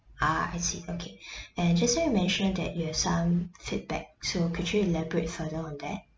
ah I see okay and just now you mention that you have some feedback so could you elaborate further on that